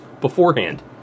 beforehand